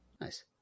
Nice